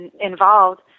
involved